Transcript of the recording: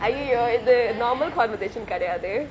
!aiyoyo! இது:ithu normal conversation கிடையாதே:kidaiyathe